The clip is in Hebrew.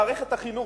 מערכת החינוך,